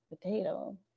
potato